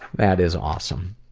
that is awesome.